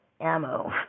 ammo